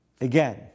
Again